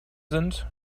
sind